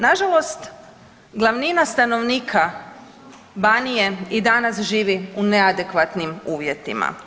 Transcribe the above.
Nažalost, glavnina stanovnika Banije i danas živi u neadekvatnim uvjetima.